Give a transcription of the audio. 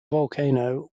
volcano